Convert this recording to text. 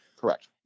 Correct